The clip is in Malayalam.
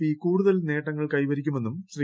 പി കൂടുതൽ നേട്ടങ്ങൾ കൈവരിക്കുമെന്നും ശ്രീ